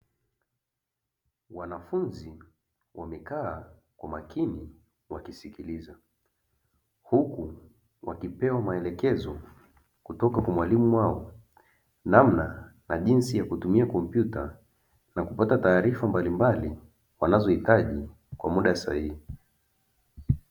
Wanafunzi wamekaa kwa makini wakisikiza. Huku wakipewa maelekezo kutoka kwa mwalimu wao namna na jinsi ya kutumia kompyuta na kupata taarifa mbalimbali wanazohitaji kwa muda sahihi.